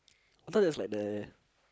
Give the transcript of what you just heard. I thought there's like the